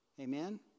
Amen